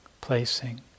placing